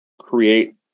create